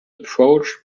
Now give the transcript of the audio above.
approached